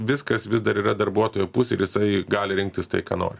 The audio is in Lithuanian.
viskas vis dar yra darbuotojo pusėj ir jisai gali rinktis tai ką nori